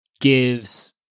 gives